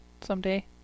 someday